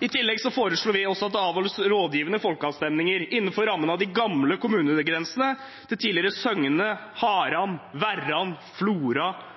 I tillegg foreslår vi at det avholdes rådgivende folkeavstemninger innenfor rammene av de gamle kommunegrensene til tidligere Søgne, Haram, Verran, Flora